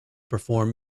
perform